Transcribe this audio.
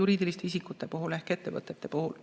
juriidiliste isikute puhul ehk ettevõtete puhul.